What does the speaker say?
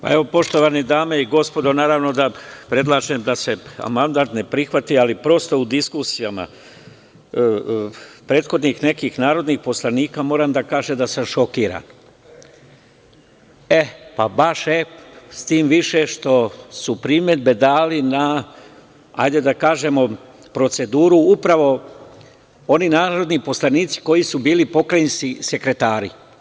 Poštovane dame i gospodo, naravno da predlažem da se amandman ne prihvati, ali prosto u diskusijama prethodnih nekih narodnih poslanika moram da kažem da sam šokiran, s tim više što su primedbe dali na, hajde da kažemo, na proceduru upravo oni narodi poslanici koji su bili pokrajinski sekretari.